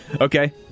Okay